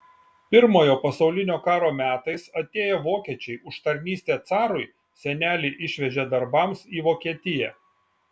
pirmojo pasaulinio karo metais atėję vokiečiai už tarnystę carui senelį išvežė darbams į vokietiją